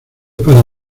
para